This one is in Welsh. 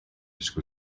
ysgol